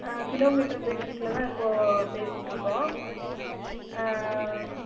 kilometre பேசிக்கில் தான் இப்போது பேசிட்டு இருக்கோம்